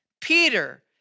Peter